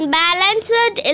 balanced